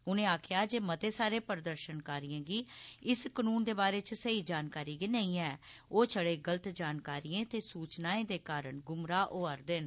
उनें आक्खेआ जे मते सारे प्रदर्शनकारिएं गी इस कनून दे बारे च सेई जानकारी गै नेई ऐ ओह् छड़े गलत जानकारिएं ते सूचनाएं दे कारण गुमराह् होआ रदे न